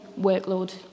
workload